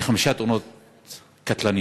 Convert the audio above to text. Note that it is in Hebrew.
בחמש תאונות קטלניות.